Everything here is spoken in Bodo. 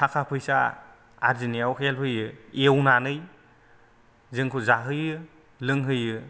थाखा फैसा आरजिनायाव हेल्प होयो एउनानै जोंखौ जाहोयो लोंहोयो